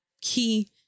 key